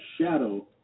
shadow